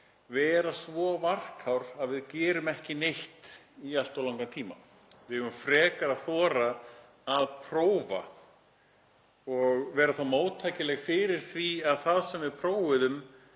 vera svo varkár að við gerum ekki neitt í allt of langan tíma. Við eigum frekar að þora að prófa og vera þá móttækileg fyrir því að það sem við prófum